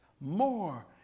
more